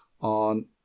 on